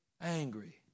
Angry